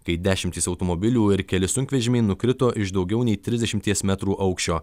kai dešimtys automobilių ir keli sunkvežimiai nukrito iš daugiau nei trisdešimties metrų aukščio